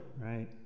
right